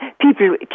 people